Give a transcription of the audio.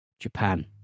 Japan